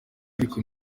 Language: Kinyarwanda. ariko